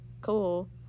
cool